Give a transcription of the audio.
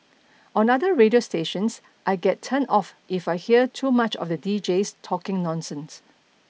on other radio stations I get turned off if I hear too much of the deejays talking nonsense